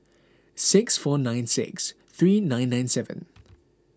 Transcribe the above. six four nine six three nine nine seven